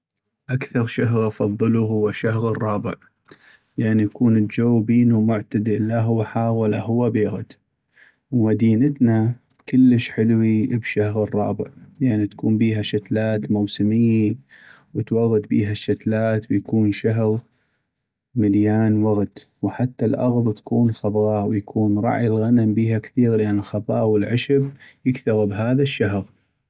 اكثغ شهغ افضلو هو شهغ الرابع لأن يكون الجو بينو معتدل لا هو حاغ ولا هو بيغد ، ومدينتنا كلش حلوي بشهغ الرابع لأن تكون بيها شتلات موسميي ، وتوغد بيها الشتلات ويكون شهغ مليان وغد ، وحتى الاغض تكون خضغا ويكون رعي الغنم بيها كثيغ لأن الخضاغ والعشب يكثغ بهذا الشهغ.